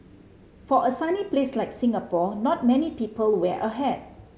for a sunny place like Singapore not many people wear a hat